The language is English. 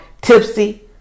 tipsy